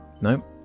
Nope